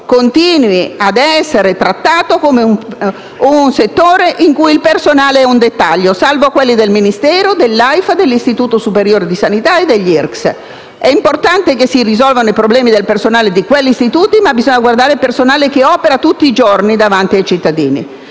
continui ad essere trattato come un settore in cui il personale è un dettaglio salvo quelli del Ministero, dell'AIFA, dell'Istituto superiore di sanità e degli IRCSS. È importante che si risolvano i problemi del personale di quegli istituti, ma bisogna guardare al personale che opera tutti i giorni davanti ai cittadini.